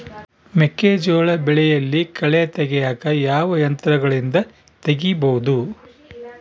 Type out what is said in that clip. ಮೆಕ್ಕೆಜೋಳ ಬೆಳೆಯಲ್ಲಿ ಕಳೆ ತೆಗಿಯಾಕ ಯಾವ ಯಂತ್ರಗಳಿಂದ ತೆಗಿಬಹುದು?